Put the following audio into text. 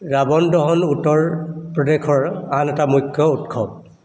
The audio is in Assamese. ৰাৱণ দহন উত্তৰ প্ৰদেশৰ আন এটা মুখ্য উৎসৱ